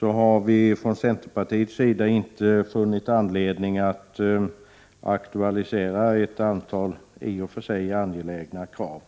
har vi från centerns sida inte funnit anledning att aktualisera ett antal i och för sig angelägna krav.